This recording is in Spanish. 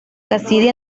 cassidy